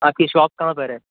آپ کی شاپ کہاں پر ہے